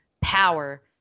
Power